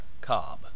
Cobb